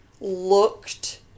looked